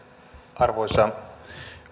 arvoisa